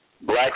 black